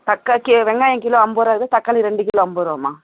தக்காளி வெங்காயம் கிலோ ஐம்பது ரூபா இருக்குது தக்காளி ரெண்டு கிலோ ஐம்பது ரூபாம்மா